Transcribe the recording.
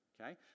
okay